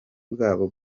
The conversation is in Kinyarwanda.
bwabo